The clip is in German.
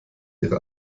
ihre